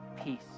peace